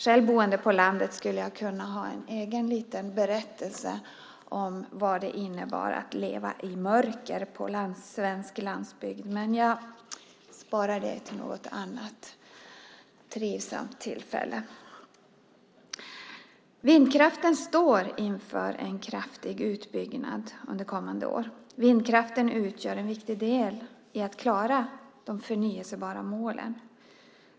Själv boende på landet skulle jag kunna ha en egen liten berättelse om vad det innebar att leva i mörker på svensk landsbygd, men jag sparar det till något annat trivsamt tillfälle. Vindkraften står inför en kraftig utbyggnad under kommande år. Vindkraften utgör en viktig del i att klara målen om förnybar energi.